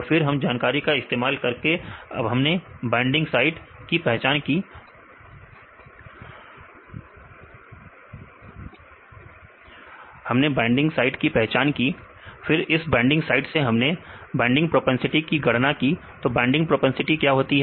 फिर इस जानकारी का इस्तेमाल करके हमने बाइंडिंग साइट की पहचान की फिर इस बाइंडिंग साइट से हमने बाइंडिंग प्रोपेंसिटी की गणना की तो बाइंडिंग प्रोपेंसिटी क्या होती है